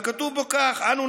וכתוב בו כך: אנו,